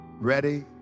Ready